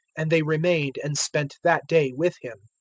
and they remained and spent that day with him.